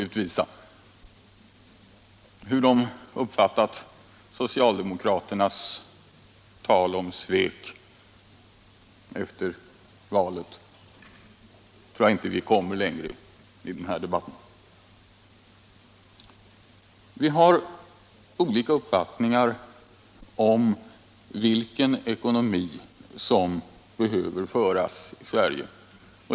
När det gäller hur de har uppfattat socialdemokraternas tal om svek efter valet tror jag att vi inte kommer längre i denna debatt. Vi har olika uppfattningar om vilken ekonomisk politik som behöver föras i Sverige.